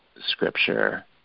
Scripture